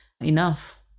enough